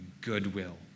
goodwill